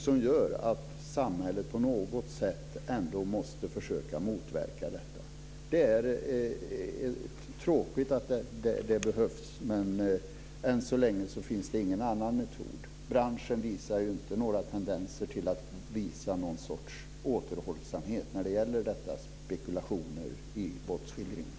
Det gör att samhället på något sätt ändå måste försöka motverka detta. Det är tråkigt att det behövs, men än så länge finns det ingen annan metod. Branschen visar ju inte några tendenser till återhållsamhet när det gäller spekulationer i våldsskildringar.